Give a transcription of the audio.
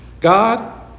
God